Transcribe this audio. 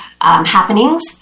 happenings